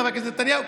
חבר הכנסת נתניהו,